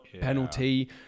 penalty